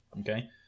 Okay